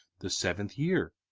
the seventh year,